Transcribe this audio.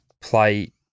play